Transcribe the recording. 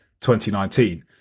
2019